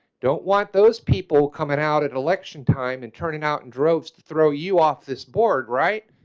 don't want those people coming out at election time and turning out in droves to throw you off this board right.